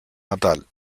natal